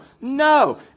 no